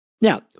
Now